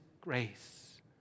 grace